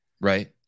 Right